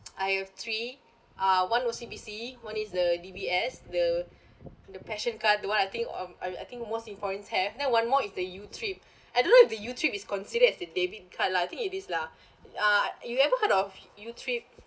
I have three uh one O_C_B_C one is the D_B_S the the passion card the one I think um I I think most singaporeans have then one more is the YouTrip I don't know if the YouTrip is considered as the debit card lah I think it is lah ah you ever heard of YouTrip